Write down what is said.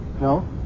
no